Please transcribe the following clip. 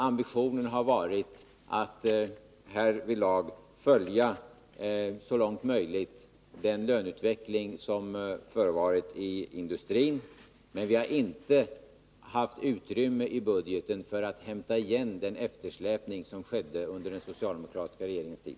Ambitionen har varit att härvidlag följa så långt möjligt den löneutveckling som förevarit inom industrin. Men vi har inte haft utrymme i budgeten för att hämta igen den eftersläpning som skedde under den socialdemokratiska regeringens tid.